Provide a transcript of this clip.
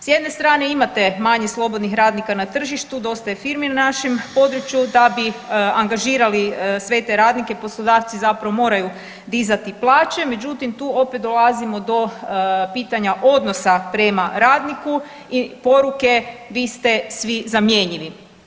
S jedne strane imate manje slobodnih radnika na tržištu, dosta je firmi na našem području, da bi angažirali sve te radnike poslodavci zapravo moraju dizati plaće, međutim tu opet dolazimo do pitanja odnosa prema radniku i poruke vi ste svi zamjenjivi.